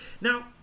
Now